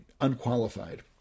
unqualified